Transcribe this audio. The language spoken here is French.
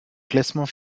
classement